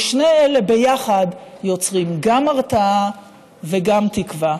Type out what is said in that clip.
ושני אלה ביחד יוצרים גם הרתעה וגם תקווה.